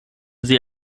sie